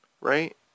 right